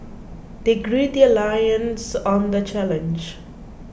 they gird their loins on the challenge